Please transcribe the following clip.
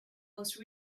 mostly